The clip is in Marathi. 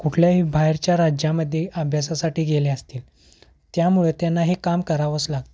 कुठल्याही बाहेरच्या राज्यामध्येे अभ्यासासाठी गेले असतील त्यामुळे त्यांना हे काम करावंच लागतं